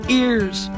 ears